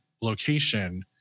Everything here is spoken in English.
location